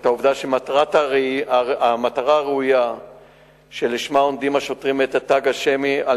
את העובדה שהמטרה הראויה שלשמה הם עונדים את התג השמי על